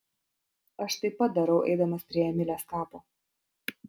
aš taip pat darau eidamas prie emilės kapo